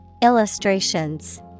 illustrations